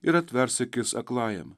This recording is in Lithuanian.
ir atvers akis aklajam